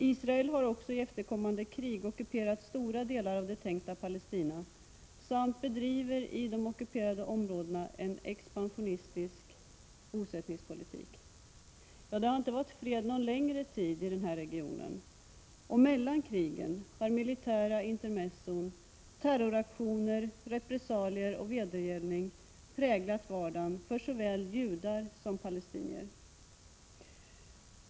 Israel har också i efterkommande krig ockuperat stora delar av det tänkta Palestina och bedriver i de ockuperade områdena en expansionistisk bosättningspolitik. Ja, det har inte varit fred någon längre tid i denna region. Mellan krigen har militära intermezzon, terroraktioner, repressalier och vedergällning präglat vardagen för såväl judar som palestinier.